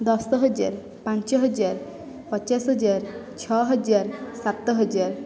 ଦଶହଜାର ପାଞ୍ଚହଜାର ପଚାଶହଜାର ଛଅହଜାର ସାତହଜାର